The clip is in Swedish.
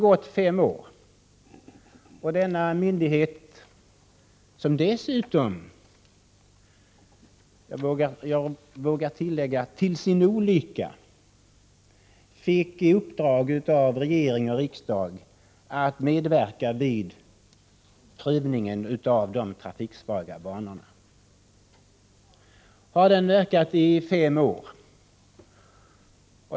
Nu har denna myndighet, som dessutom -— till sin olycka, vågar jag tillägga — fick i uppdrag av regering och riksdag att medverka vid prövningen av de trafiksvaga banorna, verkat i fem år.